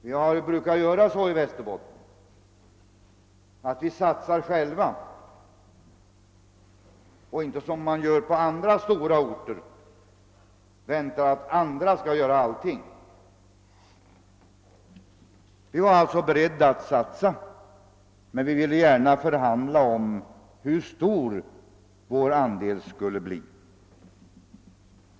Vi brukar i Västerbotten själva satsa på olika projekt och inte, såsom man gör på andra orter, vänta på att andra skall göra allt. Vi ville emellertid förhandla om hur stort vårt bidrag skulle bli.